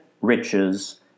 riches